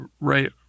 right